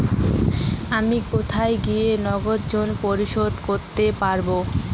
আমি কোথায় গিয়ে নগদে ঋন পরিশোধ করতে পারবো?